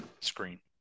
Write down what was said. screen